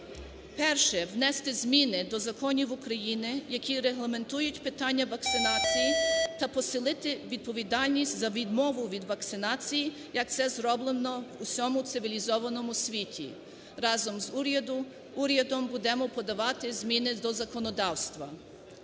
Перше: внести зміни до законів України, які регламентують питання вакцинації та посилити відповідальність за відмову від вакцинації, як це зроблено в усьому цивілізованому світі. Разом з урядом будемо подавати зміни до законодавства.